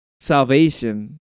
salvation